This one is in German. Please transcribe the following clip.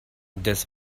des